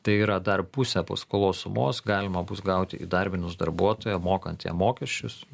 tai yra dar pusę paskolos sumos galima bus gauti įdarbinus darbuotoją mokant jam mokesčius